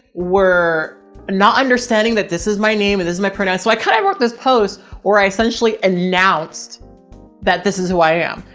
were not understanding that this is my name and this is my pronoun, so i can, i work this post or i essentially announced that this is who i am.